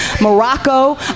Morocco